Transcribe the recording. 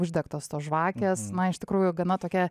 uždegtos žvakės na ištikrųjų gana tokia